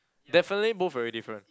definitely both very different